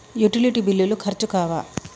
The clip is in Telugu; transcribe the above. యుటిలిటీ బిల్లులు ఖర్చు కావా?